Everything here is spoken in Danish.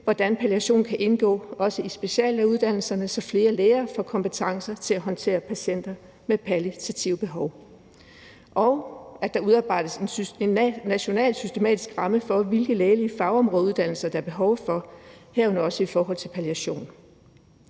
hvordan palliation kan indgå i også speciallægeuddannelserne, så flere læger får kompetencer til at håndtere patienter med palliative behov, og at der udarbejdes en national systematisk ramme for, hvilke lægelige fagområdeuddannelser der er behov for, herunder også i forhold til palliation.